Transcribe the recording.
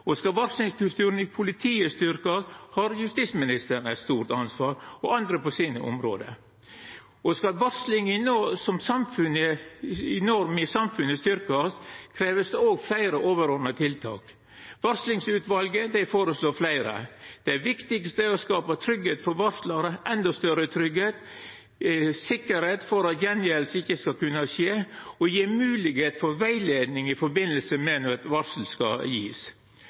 Skal kulturen for varsling i politiet styrkjast, har justisministeren eit stort ansvar – og andre på sine område. Skal varslinga som norm i samfunnet styrkjast, krevst fleire overordna tiltak, og varslarutvalet føreslår fleire. Det viktigaste er å skapa endå større tryggleik for varslarane – sikkerheit for at gjengjelding ikkje skal kunna skje, og gje mogelegheit for rettleiing for når eit varsel skal gjevast. Det er m.a. føreslege å oppretta ei eining i samfunnet som skal